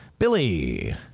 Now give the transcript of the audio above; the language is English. Billy